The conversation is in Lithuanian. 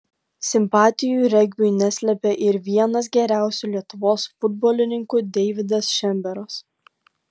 simpatijų regbiui neslėpė ir vienas geriausių lietuvos futbolininkų deividas šemberas